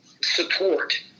support